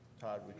Todd